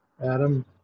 Adam